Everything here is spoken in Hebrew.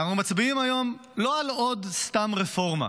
אנחנו מצביעים היום לא על עוד סתם רפורמה,